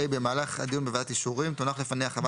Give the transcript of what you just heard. (ה)במהלך הדיון בוועדת אישורים תונח לפניה חוות